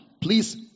Please